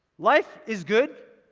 life is good,